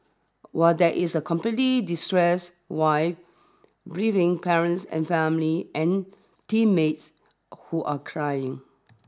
while there is a completely distress wife grieving parents and family and teammates who are crying